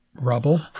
Rubble